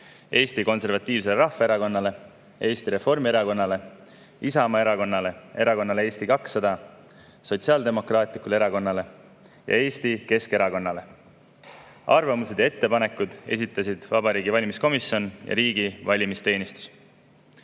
Eesti Konservatiivsele Rahvaerakonnale, Eesti Reformierakonnale, Isamaa Erakonnale, Erakonnale Eesti 200, Sotsiaaldemokraatlikule Erakonnale ja Eesti Keskerakonnale. Arvamused ja ettepanekud esitasid Vabariigi Valimiskomisjon ja riigi valimisteenistus. Kuna